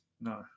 No